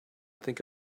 think